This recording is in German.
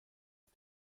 auf